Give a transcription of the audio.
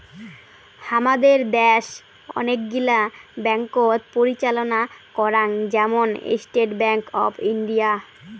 হামাদের দ্যাশ অনেক গিলা ব্যাঙ্ককোত পরিচালনা করাং, যেমন স্টেট ব্যাঙ্ক অফ ইন্ডিয়া